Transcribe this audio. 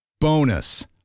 Bonus